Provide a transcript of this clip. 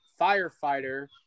firefighter